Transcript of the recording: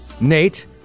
Nate